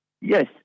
Yes